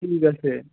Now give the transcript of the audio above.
ঠিক আছে